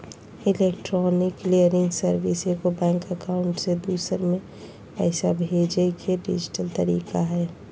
electronic clearing service एगो bank account से दूसर में पैसा भेजय के डिजिटल तरीका हइ